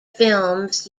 films